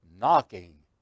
knocking